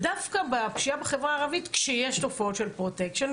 דווקא בפשיעה בחברה הערבית כשיש תופעות של פרוטקשן,